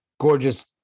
gorgeous